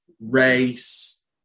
race